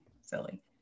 silly